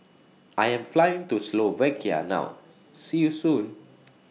I Am Flying to Slovakia now See YOU Soon